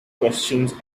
questions